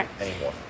anymore